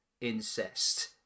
incest